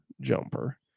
Jumper